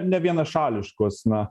nevienašališkos na